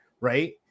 right